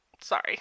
sorry